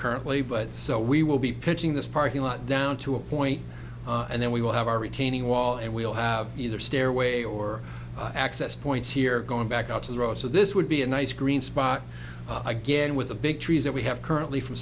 currently but so we will be pitching this parking lot down to a point and then we will have our retaining wall and we'll have either stairway or access points here going back out to the road so this would be a nice green spot again with the big trees that we have currently from